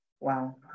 Wow